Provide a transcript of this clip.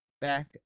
back